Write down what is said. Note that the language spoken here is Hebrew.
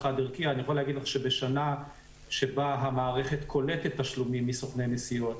שבה המערכת קולטת תשלומים מסוכני נסיעות,